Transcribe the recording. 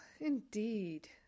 indeed